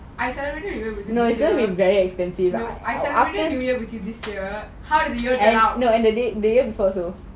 I celebrate new year this year I celebrate new year with you this year